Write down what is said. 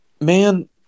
Man